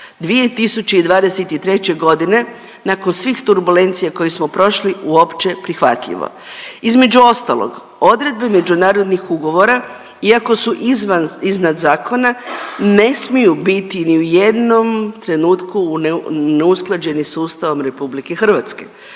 2023.g. nakon svih turbulencija koje smo prošli uopće prihvatljivo. Između ostalog, odredbe međunarodnih ugovora iako su iznad zakona ne smiju biti ni u jednom trenutku neusklađeni su Ustavom RH.